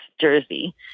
jersey